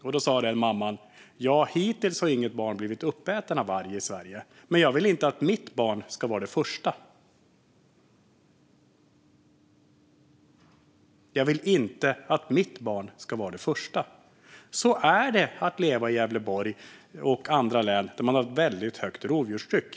Där sa mamman: Ja, hittills har inget barn blivit uppätet av varg i Sverige, men jag vill inte att mitt barn ska vara det första. Så är det att leva i Gävleborg och andra län där man har ett väldigt högt rovdjurstryck.